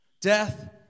Death